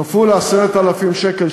כפול 10,000 שקל,